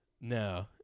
no